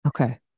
Okay